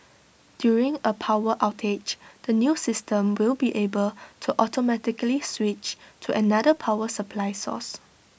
during A power outage the new system will be able to automatically switch to another power supply source